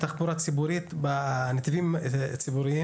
שמי אורית בנטוב קוגל.